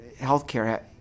healthcare